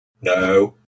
No